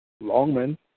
Longman